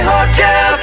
Hotel